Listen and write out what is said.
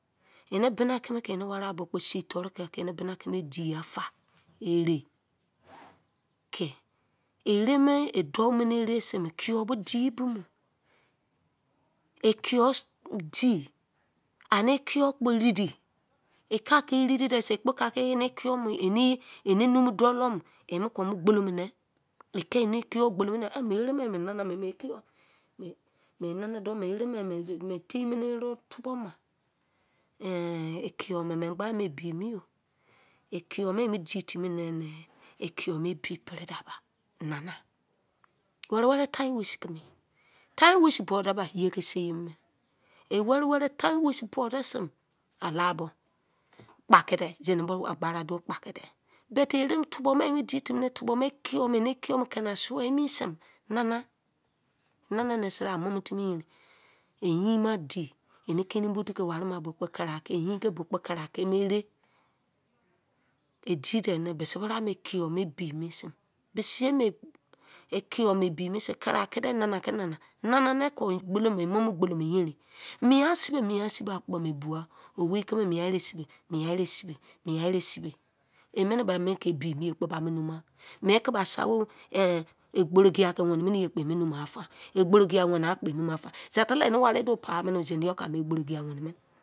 Ene bina tceme tce enewane bu kpo sei tom tce eni bine keme di fa fa, ere, ke, ere-me dou mene ere sei ekiyor tce di tbimo ekiyor ti ani ekiye kpo rady ka tu rca di, ekpo flake e mumu dolo mor ke gbolo mune ke ene eki yor gbolo emi ere nana were mi tei nien tabo ma ekiyor ebi emi, eki yor me di timi ne ekiyor ebi pare-de ba nana, time waste tcumo time waste buo de bei ye-ke seimone, wene mie time bo dese alabo, zinibo agbeka bo, akone-be ke-ere fubo edi timi eni eki ya kene a-se sho mi si nana yin ma di, ekene bo ta-ke ware bo kpo ekare ke ene-ware, ye edi ne yei bo bi sei kereke nana ke nana nana ke gbolo mo yenin, mie sibe mie si be akpo ebugha me ere siba-me ere sibe mene me ke ebi enenne ba numha me ke ashawo ogborodia he wene mene ena nna fa, ogboro tia wene eba nunna fa.